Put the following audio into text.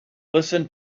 listen